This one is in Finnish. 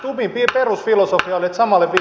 stubbin perusfilosofia oli